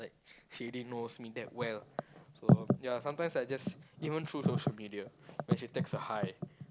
like she already knows me that well so ya sometimes I just even through social media when she text a hi